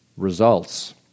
results